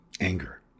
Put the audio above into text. anger